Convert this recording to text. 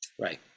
right